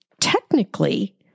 technically